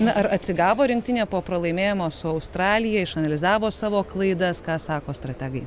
na ar atsigavo rinktinė po pralaimėjimo su australija išanalizavo savo klaidas ką sako strategai